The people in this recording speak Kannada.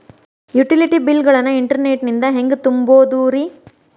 ಯುಟಿಲಿಟಿ ಬಿಲ್ ಗಳನ್ನ ಇಂಟರ್ನೆಟ್ ನಿಂದ ಹೆಂಗ್ ತುಂಬೋದುರಿ?